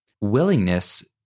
willingness